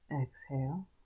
exhale